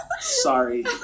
sorry